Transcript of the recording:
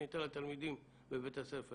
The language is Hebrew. לפני שנתיים בדיוק חווינו בבית הספר